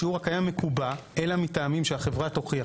השיעור הקיים מקובע אלא מטעמים שהחברה תוכיח